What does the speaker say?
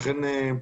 לכן,